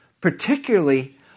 Particularly